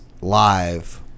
live